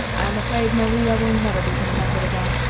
i'm afraid maria will never be contented again.